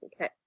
Okay